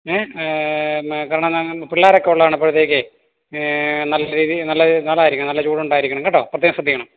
ഏ കാരണം ഞങ്ങൾക്ക് പിള്ളേരൊക്കെ ഉള്ളതാണ് അപ്പോഴത്തേക്കേ നല്ല രീതി നല്ല നല്ലതായിരിക്കണം നല്ല ചൂട് ഉണ്ടായിരിക്കണം കേട്ടോ പ്രത്യേകം ശ്രദ്ധിക്കണം